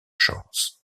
chances